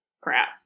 crap